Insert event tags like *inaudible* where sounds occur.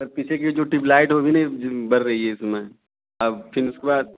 sir पीछे कि जो ट्यूबलाइट वो भी नहीं *unintelligible* बर रही है उसमें अब किसके पास